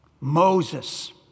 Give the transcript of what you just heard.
Moses